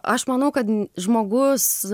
aš manau kad žmogus